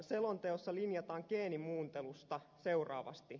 selonteossa linjataan geenimuuntelusta seuraavasti